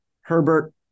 Herbert